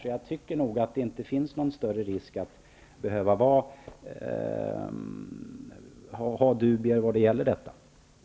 Det finns alltså inte någon större risk för att ha några dubier när det gäller den här frågan.